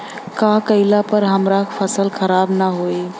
का कइला पर हमार फसल खराब ना होयी?